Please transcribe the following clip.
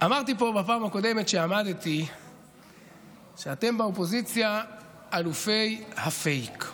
אמרתי פה בפעם הקודמת כשעמדתי שאתם באופוזיציה אלופי הפייק.